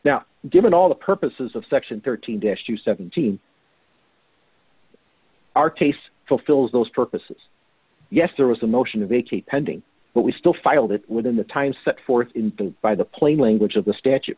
now given all the purposes of section thirteen days to seventeen our tastes fulfills those purposes yes there was a motion to vacate pending but we still filed it within the time set forth in the by the plain language of the statu